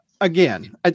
again